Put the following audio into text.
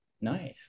nice